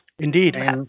Indeed